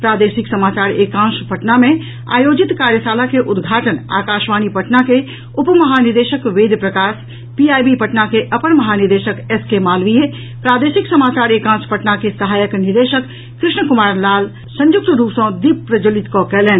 प्रादेशिक समाचार एकांश पटना मे आयोजित कार्यशाला के उद्घाटन आकाशवाणी पटना के उप महानिदेशक वेद प्रकाश पीआईबी पटना के अपर महानिदेशक एस के मालवीय प्रादेशिक समाचार एकांश पटना के सहायक निदेशक कृष्ण कुमार लाल संयुक्त रूप सॅ दीप प्रज्जवलित कऽ कयलनि